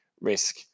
risk